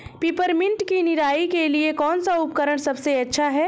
Peppermint की निराई के लिए कौन सा उपकरण सबसे अच्छा है?